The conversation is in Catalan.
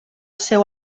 seu